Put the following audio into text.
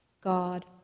God